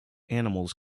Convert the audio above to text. animals